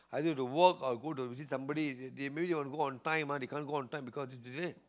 either to work or go to visit somebody they they maybe want to go on time ah they can't go on time because is delay